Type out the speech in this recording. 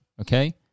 okay